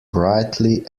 brightly